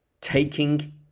taking